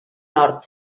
nord